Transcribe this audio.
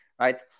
right